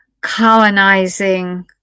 colonizing